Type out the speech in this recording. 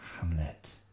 hamlet